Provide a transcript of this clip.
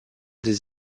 des